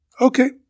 Okay